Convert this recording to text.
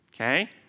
okay